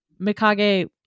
Mikage